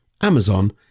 Amazon